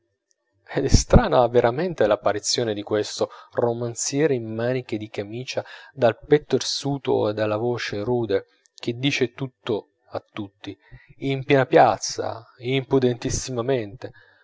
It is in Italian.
è strana veramente l'apparizione di questo romanziere in maniche di camicia dal petto irsuto e dalla voce rude che dice tutto a tutti in piena piazza